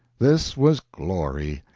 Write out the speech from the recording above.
this was glory,